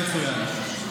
נכון.